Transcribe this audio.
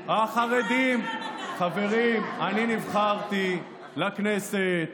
חברים, אני נבחרתי לכנסת